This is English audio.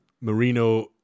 Marino